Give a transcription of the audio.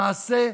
למעשה,